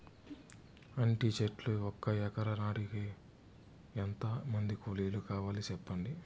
అంటి చెట్లు ఒక ఎకరా నాటేకి ఎంత మంది కూలీలు కావాలి? సెప్పండి?